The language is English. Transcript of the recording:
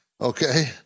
Okay